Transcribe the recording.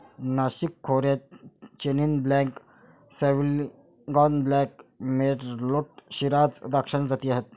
नाशिक खोऱ्यात chenin blanc, sauvignon blanc, merlot, shiraz द्राक्षाच्या जाती आहेत